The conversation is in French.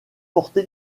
porté